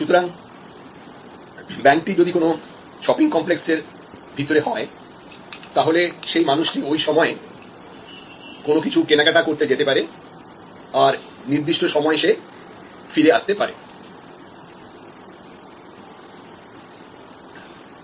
সুতরাং ব্যাংক টি যদি কোন শপিং কমপ্লেক্সের ভিতরে হয় তাহলে সেই মানুষটি ওই সময়ে কোন কিছু কেনাকাটা করতে যেতে পারে আর নির্দিষ্ট সময়ে সে ফিরে আসতে পারে